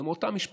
זה מאותה משפחה.